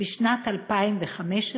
בשנת 2015,